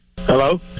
Hello